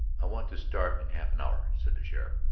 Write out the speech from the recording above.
i want to start in half an hour, said the sheriff.